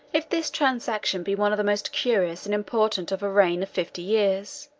if this transaction be one of the most curious and important of a reign of fifty years,